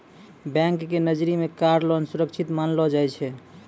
bank के नजरी मे कार लोन सुरक्षित मानलो जाय छै